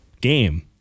game